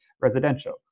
residential